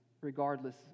regardless